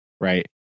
right